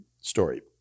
story